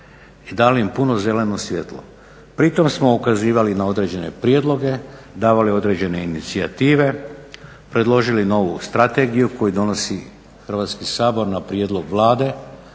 i dali im puno zeleno svjetlo. Pritom smo ukazivali na određene prijedloge, davali određene inicijative, predložili novu strategiju koju donosi Hrvatski sabor na prijedlog Vlade